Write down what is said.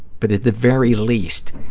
but at the very least